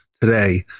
today